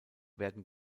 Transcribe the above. werden